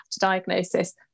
diagnosis